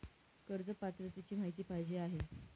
कर्ज पात्रतेची माहिती पाहिजे आहे?